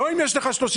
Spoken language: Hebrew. לא אם יש לך 38%,